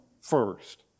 first